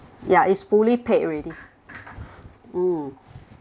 ya it's fully paid already mm